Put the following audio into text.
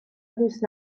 دوست